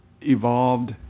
evolved